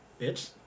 Bitch